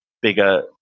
bigger